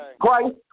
Christ